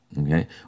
okay